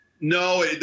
No